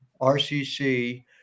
RCC